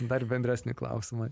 dar bendresnį klausimą